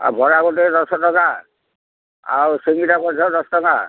ଆଉ ବରା ଗୋଟେ ଦଶ ଟଙ୍କା ଆଉ ଶିଙ୍ଗଡ଼ା ଗୋଟେ ଦଶ ଟଙ୍କା